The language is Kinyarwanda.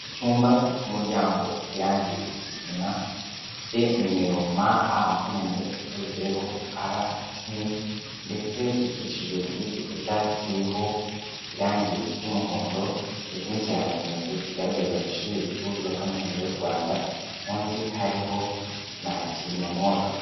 Icyumba gifite umuryango ufite irangi ry'ikigina ufite numero MA makumyabiri na gatatu, zeru, R, icumi, ndetse ukikijwe n'igikuta kiriho irangi ry'umuhondo, ndetse n'ikirangantego kigaragaza ishuri rikuru rya Kaminuza y'u Rwanda, munsi hariho na kizimyamwoto.